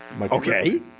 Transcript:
Okay